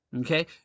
okay